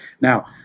Now